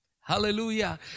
Hallelujah